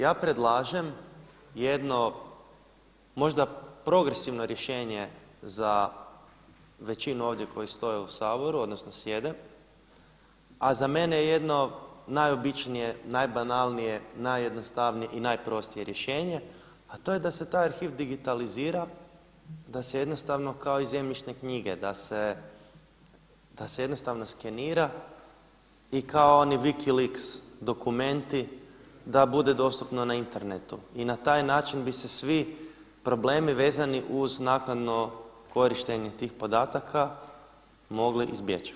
Ja predlažem jedno, možda progresivno rješenje za većinu ovdje koji stoje u Saboru, odnosno sjede, a za mene je jedno najobičnije, najbanalnije, najjednostavnije i najprostije rješenje a to je da se taj arhiv digitalizira, da se jednostavno kao i zemljišne knjige da se jednostavno skenira i kao oni Vicki Links dokumenti da bude dostupno na internetu i na taj način bi se svi problemi vezani uz naknadno korištenje tih podataka mogli izbjeći.